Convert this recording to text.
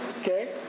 Okay